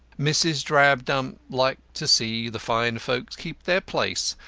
mrs. drabdump liked to see the fine folks keep their place,